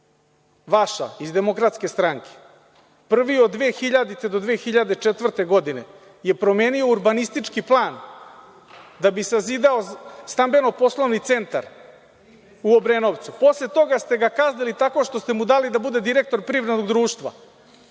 vaša, iz DS, prvi od 2000-te do 2004. godine je promenio urbanistički plan da bi sazidao stambeno poslovni centar u Obrenovcu. Posle toga ste ga kaznili tako što ste mu dali da bude direktor privrednog društva. Drugog